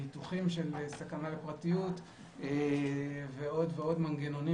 ניתוחים של סכנה לפרטיות ועוד מנגנונים